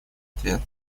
ответ